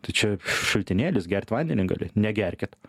tai čia šaltinėlis gert vandenį gali negerkit